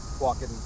walking